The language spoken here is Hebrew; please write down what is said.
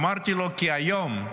אמרתי לו כי היום,